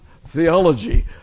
theology